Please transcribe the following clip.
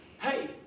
Hey